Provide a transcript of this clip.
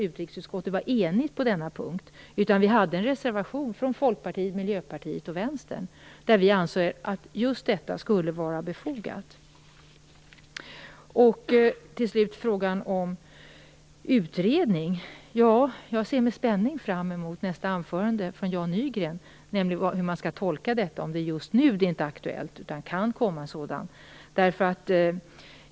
Utrikesutskottet var inte enigt på denna punkt, utan Vänsterpartiet, Folkpartiet och Miljöpartiet hade en reservation där vi ansåg att just detta skulle vara befogat. Till slut ställdes frågan om en utredning. Jag ser med spänning fram mot nästa anförande av Jan Nygren, om han då kommer att tala om hur vi skall tolka svaret. Är det just nu som det inte är aktuellt? Kan det komma en utredning senare?